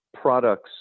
products